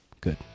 Good